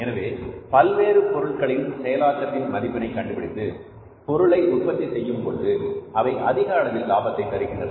எனவே பல்வேறு பொருட்களின் செயலாக்கத்தின் மதிப்பினை கண்டுபிடித்து பொருளை உற்பத்தி செய்யும் பொழுது அவை அதிக அளவில் லாபத்தை தருகின்றன